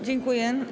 Dziękuję.